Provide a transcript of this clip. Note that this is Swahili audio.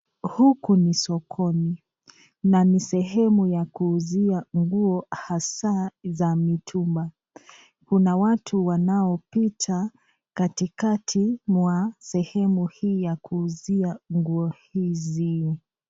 Huku ni sokoni, na ni sehemu ya kuuzia nguo hasa za mitumba, kuna watu wanaopita katikati mwa sehemu hii ya kuuzia nguo hizi.